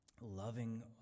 loving